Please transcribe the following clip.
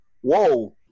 whoa